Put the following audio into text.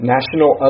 National